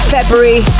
February